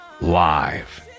live